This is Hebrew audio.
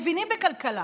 מבינים בכלכלה,